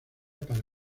para